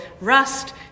rust